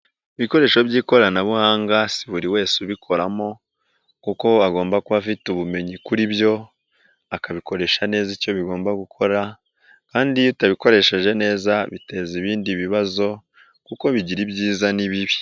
Ibikoresho by'ikoranabuhanga si buri wese ubikoramo kuko agomba kuba afite ubumenyi kuri byo akabikoresha neza icyo bigomba gukora kandi iyo utabikoresheje neza biteza ibindi bibazo kuko bigira ibyiza n'ibibi.